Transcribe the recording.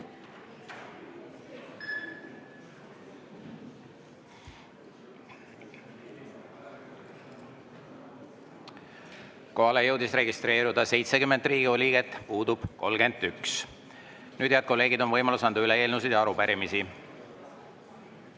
Kohalolijaks jõudis registreeruda 70 Riigikogu liiget, puudub 31. Nüüd, head kolleegid, on võimalus anda üle eelnõusid ja arupärimisi.